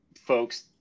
folks